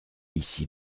ici